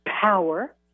power